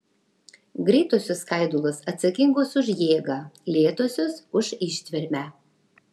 greitosios skaidulos atsakingos už jėgą lėtosios už ištvermę